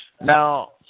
Now